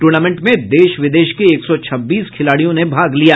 tournament में देश विदेश के एक सौ छब्बीस खिलाड़ियों ने भाग लिया